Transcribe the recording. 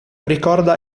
ricorda